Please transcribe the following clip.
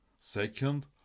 Second